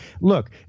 look